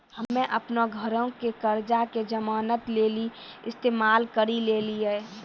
हम्मे अपनो घरो के कर्जा के जमानत लेली इस्तेमाल करि लेलियै